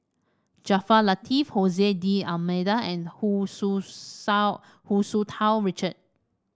Jaafar Latiff D'Almeida and Hu Tsu Hu Tsu Tau Richard